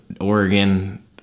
Oregon